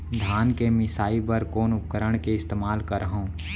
धान के मिसाई बर कोन उपकरण के इस्तेमाल करहव?